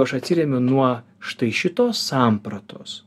aš atsiremiu nuo štai šitos sampratos